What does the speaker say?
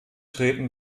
treten